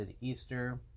Easter